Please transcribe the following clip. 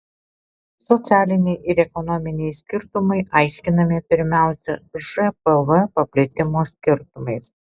socialiniai ir ekonominiai skirtumai aiškinami pirmiausia žpv paplitimo skirtumais